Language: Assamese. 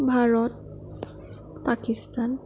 ভাৰত পাকিস্তান